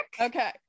Okay